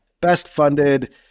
best-funded